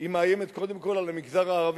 שהיא מאיימת קודם כול על המגזר הערבי.